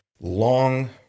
long